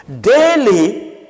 daily